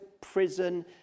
prison